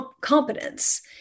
competence